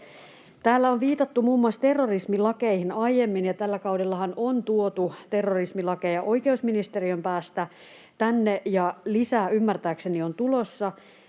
Täällä on viitattu muun muassa terrorismilakeihin aiemmin, ja tällä kaudellahan on tuotu terrorismilakeja oikeusministeriön päästä tänne, ja lisää ymmärtääkseni on tulossa.